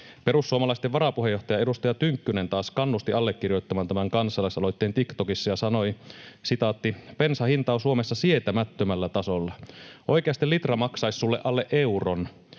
Perussuomalaisten varapuheenjohtaja, edustaja Tynkkynen taas kannusti TikTokissa allekirjoittamaan tämän kansalaisaloitteen ja sanoi: ”Bensan hinta on Suomessa sietämättömällä tasolla. Oikeasti litra maksais sulle alle euron,